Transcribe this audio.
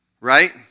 Right